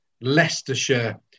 Leicestershire